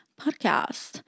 podcast